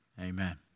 Amen